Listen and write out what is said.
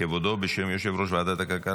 שניים בעד,